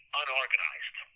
unorganized